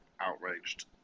outraged